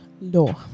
law